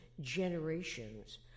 generations